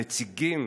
הנציגים,